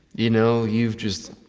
you know, you've just